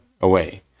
away